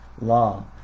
law